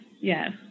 Yes